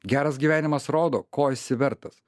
geras gyvenimas rodo ko esi vertas